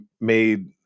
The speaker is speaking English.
made